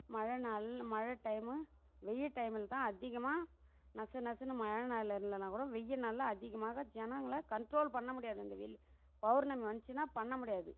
மழை நாள் மழை டைமு வெயில் டைமில் தான் அதிகமாக நசு நசுன்னு மழை நாளில் இல்லைனா கூட வெயில் நாளில் அதிகமாக ஜனங்களை கன்ட்ரோல் பண்ண முடியாது அந்த வெயில் பெளர்ணமி வந்துச்சுன்னா பண்ண முடியாது